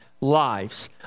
lives